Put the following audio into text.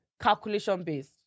calculation-based